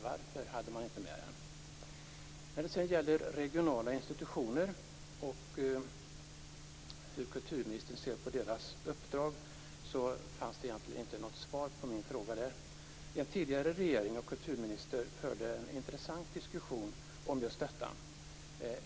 Varför hade man inte med försöksverksamheten? När det sedan gäller regionala institutioner och hur kulturministern ser på deras uppdrag fanns det egentligen inte något svar på min fråga. En kulturminister i en tidigare regering förde en intressant diskussion om just detta.